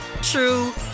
true